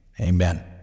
Amen